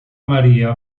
maria